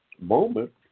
Moment